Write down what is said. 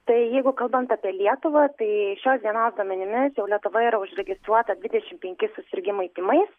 tai jeigu kalbant apie lietuvą tai šios dienos duomenimis jau lietuvoje yra užregistruota dvidešim penki susirgimai tymais